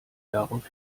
darauf